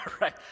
right